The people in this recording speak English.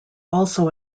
also